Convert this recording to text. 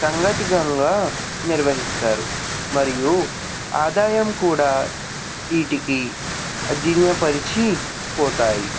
సంగతికంగా నిర్వహిస్తారు మరియు ఆదాయం కూడ వీటికి పోతాయి